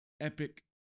epic